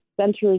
centers